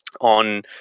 on